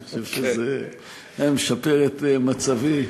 אני חושב שזה היה משפר את מצבי.